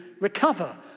recover